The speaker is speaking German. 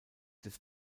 des